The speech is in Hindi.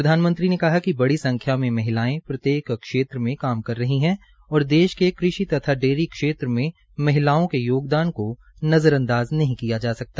प्रधानमंत्री ने कहा कि बड़ी संख्या में महिलाए प्रत्येक क्षेत्र में काम कर रही है और देश के कृषि तथा डेयरी क्षेत्र में महिलाओं के योगदान को नज़रअदांज नही किया जा सकता